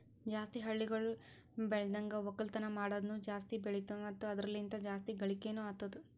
ಜಾಸ್ತಿ ಹಳ್ಳಿಗೊಳ್ ಬೆಳ್ದನ್ಗ ಒಕ್ಕಲ್ತನ ಮಾಡದ್ನು ಜಾಸ್ತಿ ಬೆಳಿತು ಮತ್ತ ಅದುರ ಲಿಂತ್ ಜಾಸ್ತಿ ಗಳಿಕೇನೊ ಅತ್ತುದ್